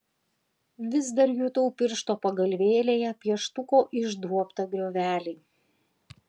vis dar jutau piršto pagalvėlėje pieštuko išduobtą griovelį